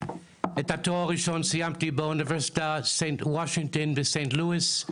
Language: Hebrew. את התואר הראשון סיימתי באוניברסיטה סנט וושינגטון בסנט לואיס,